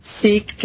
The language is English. seek